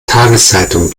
tageszeitung